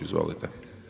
Izvolite.